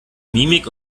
mimik